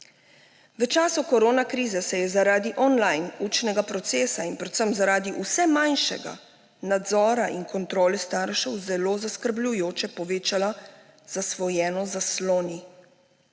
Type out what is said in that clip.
V času koronakrize se je zaradi online učnega procesa in predvsem zaradi vse manjšega nadzora in kontrole staršev zelo zaskrbljujoče povečala zasvojenost z zasloni.